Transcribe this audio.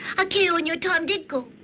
akio and your tom did go.